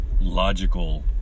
logical